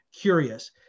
curious